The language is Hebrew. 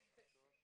התחלנו לחשוש.